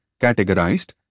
categorized